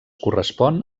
correspon